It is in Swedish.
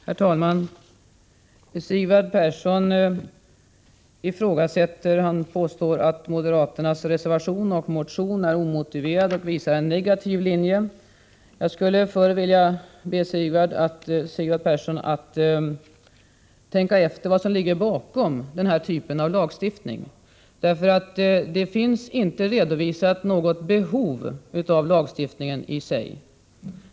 Herr talman! Sigvard Persson påstår att moderaternas motion och reservation är omotiverade och visar en negativ linje. Jag skulle vilja be Sigvard Persson att tänka efter vad som ligger bakom denna typ av lagstiftning. Det finns nämligen inte redovisat något behov av lagstiftning i sig.